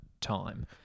time